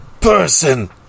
person